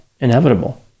inevitable